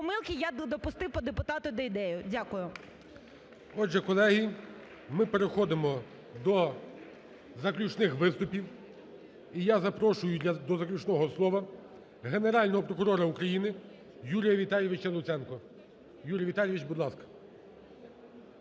Отже, колеги, ми переходимо до заключних виступів і я запрошую до заключного слова Генерального прокурора України Юрія Віталійовича Луценка. Юрій Віталійович, будь ласка,